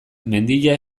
mendia